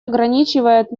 ограничивает